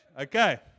Okay